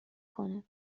کنه